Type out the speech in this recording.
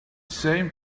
same